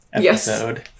Yes